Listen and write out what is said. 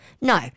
no